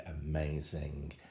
amazing